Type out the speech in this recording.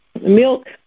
milk